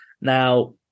now